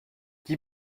qui